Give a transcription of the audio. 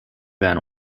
van